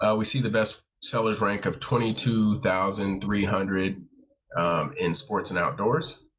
ah we see the best sellers rank of twenty two thousand three hundred in sports and outdoors,